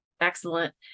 excellent